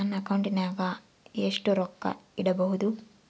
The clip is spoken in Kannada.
ನನ್ನ ಅಕೌಂಟಿನಾಗ ಎಷ್ಟು ರೊಕ್ಕ ಇಡಬಹುದು?